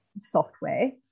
software